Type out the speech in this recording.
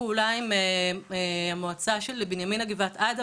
פעולה עם המועצה האזורית של בנימינה וגבעת עדה,